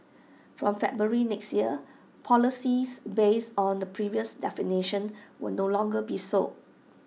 from February next year policies based on the previous definitions will no longer be sold